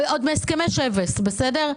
עוד מהסכמי שבס בסדר?